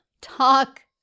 Talk